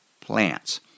plants